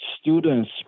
students